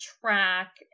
track